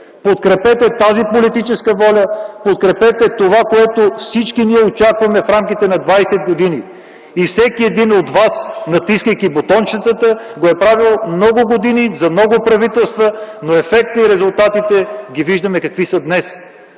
Подкрепете тази политическа воля! Подкрепете това, което всички ние очаквахме в рамките на 20 години и всеки един от вас, натискайки бутончетата, го е правил много години за много правителства! Виждаме обаче какви са